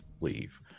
leave